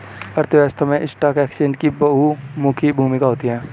अर्थव्यवस्था में stock exchange की बहुमुखी भूमिका होती है